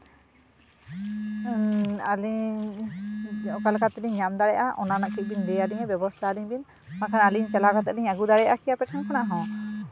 ᱟᱹᱞᱤᱧ ᱚᱠᱟᱞᱮᱠᱟ ᱛᱮᱞᱤᱧ ᱧᱟᱢ ᱫᱟᱲᱮᱭᱟᱜᱼᱟ ᱚᱱᱟᱨᱮᱱᱟᱜ ᱠᱟᱺᱪ ᱵᱮᱱ ᱞᱟᱹᱭᱟᱞᱤᱧᱟ ᱵᱮᱵᱚᱥᱛᱟᱣᱟᱞᱤᱧ ᱵᱤᱱ ᱵᱟᱠᱷᱟᱡ ᱟᱹᱞᱤᱧ ᱪᱟᱞᱟᱣ ᱠᱟᱛᱮᱫ ᱞᱤᱧ ᱟᱹᱜᱩ ᱫᱟᱲᱮᱭᱟᱜᱼᱟ ᱠᱤ ᱟᱯᱮ ᱴᱷᱮᱱ ᱠᱷᱚᱱᱟᱜ ᱦᱚᱸ